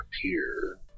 appear